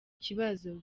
kibazo